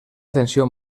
atenció